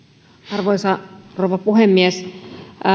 arvoisa rouva puhemies